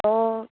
તો